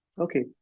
okay